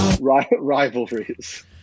rivalries